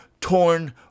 torn